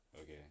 okay